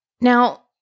Now